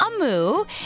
Amu